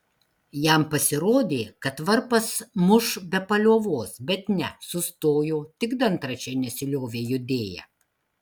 jam pasirodė kad varpas muš be paliovos bet ne sustojo tik dantračiai nesiliovė judėję